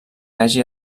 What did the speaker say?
hagi